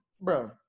bro